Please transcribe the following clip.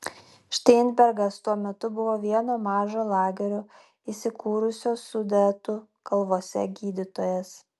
šteinbergas tuo metu buvo vieno mažo lagerio įsikūrusio sudetų kalvose gydytojas